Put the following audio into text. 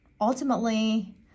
ultimately